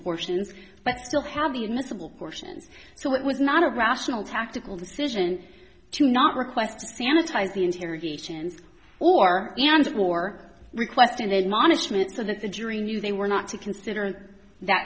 portions but still have the admissible portions so it was not a rational tactical decision to not request sanitize the interrogations or more requested management so that the jury knew they were not to consider that